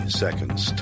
seconds